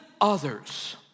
others